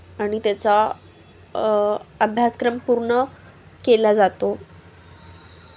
आणि त्याचा अभ्यासक्रम पूर्ण केला जातो